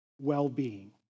well-being